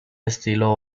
estilo